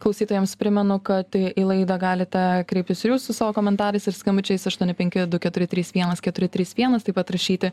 klausytojams primenu kad į laidą galite kreiptis ir jūs su savo komentarais ir skambučiais aštuoni penki du keturi trys vienas keturi trys vienas taip pat rašyti